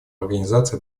организации